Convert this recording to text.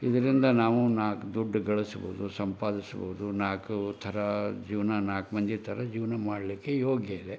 ಇದರಿಂದ ನಾವು ನಾಲ್ಕು ದುಡ್ಡು ಗಳಿಸ್ಬೋದು ಸಂಪಾದಿಸ್ಬೋದು ನಾಲ್ಕು ಥರ ಜೀವನ ನಾಲ್ಕು ಮಂದಿ ಥರ ಜೀವನ ಮಾಡಲಿಕ್ಕೆ ಯೋಗ್ಯ ಇದೆ